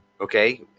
Okay